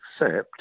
accept